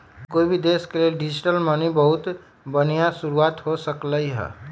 कोई भी देश के लेल डिजिटल मनी बहुत बनिहा शुरुआत हो सकलई ह